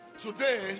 Today